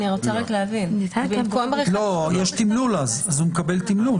לא, אז הוא מקבל תמלול.